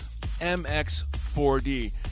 MX4D